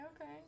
okay